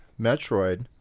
Metroid